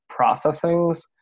processings